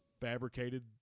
fabricated